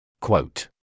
Quote